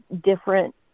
different